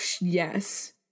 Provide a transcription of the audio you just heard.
yes